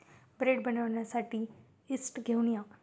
bread बनवण्यासाठी yeast घेऊन या